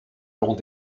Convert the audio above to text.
long